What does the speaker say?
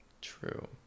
True